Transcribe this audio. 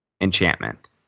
enchantment